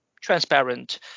transparent